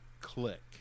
click